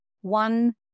one